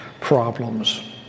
problems